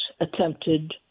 attempted